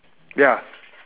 ya